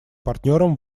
партнером